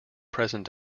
present